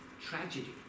tragedy